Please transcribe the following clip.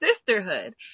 Sisterhood